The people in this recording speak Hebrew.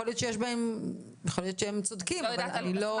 יכול להיות שהם צודקים אבל אני לא מכירה אותם.